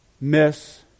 miss